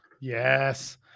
Yes